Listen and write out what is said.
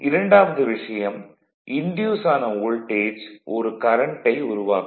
இரண்டாவது விஷயம் இன்டியூஸ் ஆன வோல்டேஜ் ஒரு கரண்ட்டை உருவாக்கும்